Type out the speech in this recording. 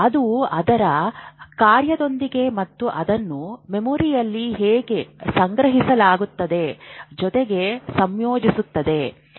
ಅದು ಅದರ ಕಾರ್ಯದೊಂದಿಗೆ ಮತ್ತು ಅದನ್ನು ಮೆಮೊರಿಯಲ್ಲಿ ಹೇಗೆ ಸಂಗ್ರಹಿಸಲಾಗುತ್ತದೆ ಜೊತೆಗೆ ಸಂಯೋಜಿಸುತದೆ